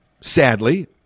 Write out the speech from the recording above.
sadly